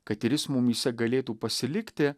kad ir jis mumyse galėtų pasilikti